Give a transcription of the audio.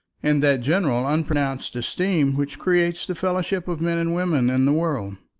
and that general unpronounced esteem which creates the fellowship of men and women in the world.